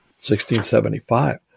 1675